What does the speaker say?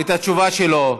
את התשובה שלו.